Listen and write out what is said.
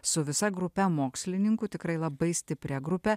su visa grupe mokslininkų tikrai labai stipria grupe